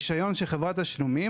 לגבי הרישיון של חברת תשלומים,